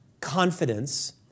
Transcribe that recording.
confidence